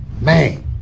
man